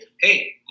hey